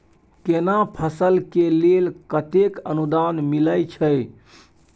केना फसल के लेल केतेक अनुदान मिलै छै?